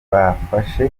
bafashe